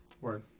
Word